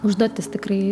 užduotis tikrai